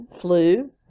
flu